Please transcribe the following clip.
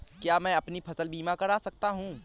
क्या मैं अपनी फसल बीमा करा सकती हूँ?